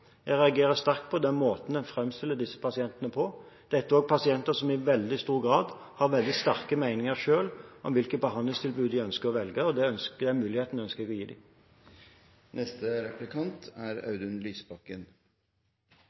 Jeg reagerer sterkt på måten man framstiller disse pasientene på. Dette er også pasienter som i veldig stor grad har veldig sterke meninger selv om hvilke behandlingstilbud de ønsker å velge. Den muligheten ønsker jeg å gi